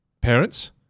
parents